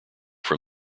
from